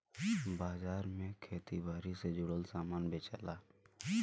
बाजार में खेती बारी से जुड़ल सामान बेचला